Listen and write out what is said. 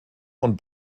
und